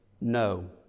no